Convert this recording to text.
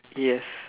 yes